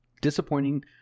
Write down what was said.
disappointing